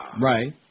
Right